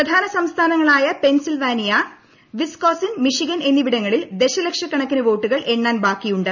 പ്രധാന സംസ്ഥാനങ്ങളായ Wisconsin Michigan എന്നിവിടങ്ങളിൽ ദശലക്ഷക്കണക്കിന് വോട്ടുകൾ എണ്ണാൻ ബാക്കിയുണ്ട്